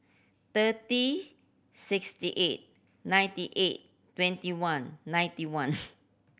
thirty sixty eight ninety eight twenty one ninety one